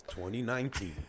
2019